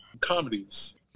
comedies